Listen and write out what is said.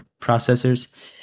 processors